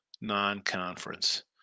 non-conference